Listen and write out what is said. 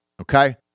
okay